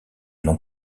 n’ont